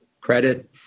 credit